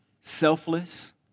selfless